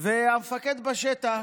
והמפקד בשטח,